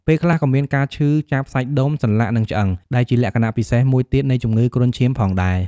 ពេលខ្លះក៏មានការឈឺចាប់សាច់ដុំ សន្លាក់ និងឆ្អឹង ដែលជាលក្ខណៈពិសេសមួយទៀតនៃជំងឺគ្រុនឈាមផងដែរ ។